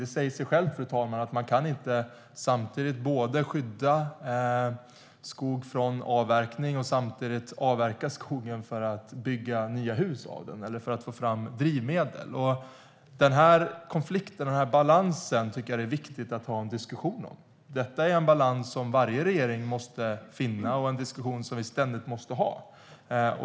Det säger sig självt, fru talman, att man inte kan skydda skog från avverkning samtidigt som man avverkar skogen för att bygga nya hus av den eller för att få fram drivmedel. Denna konflikt och denna balans tycker jag att det är viktigt att ha en diskussion om. Det är en balans som varje regering måste finna och en diskussion som vi ständigt måste ha.